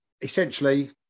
essentially